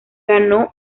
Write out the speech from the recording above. ganó